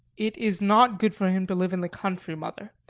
it is not good for him to live in the country. mother,